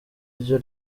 ryo